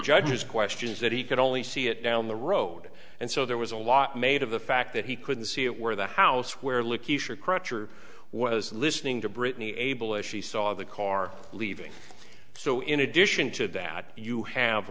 judge's questions that he could only see it down the road and so there was a lot made of the fact that he couldn't see it where the house where licky sure crutcher was listening to britney able as she saw the car leaving so in addition to that you have